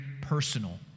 personal